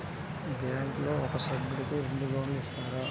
బ్యాంకులో ఒక సభ్యుడకు రెండు లోన్లు ఇస్తారా?